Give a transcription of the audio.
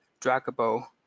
draggable